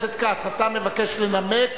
על מנת שיקיים דיון לאן תעבור.